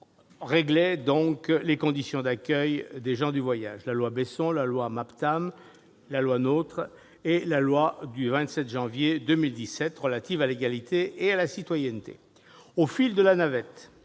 réglaient ces conditions d'accueil : la loi Besson, la loi MAPTAM, la loi NOTRe et la loi du 27 janvier 2017 relative à l'égalité et à la citoyenneté. Au fil de la navette,